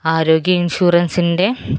ആരോഗ്യ ഇൻഷൂറൻസിൻ്റെ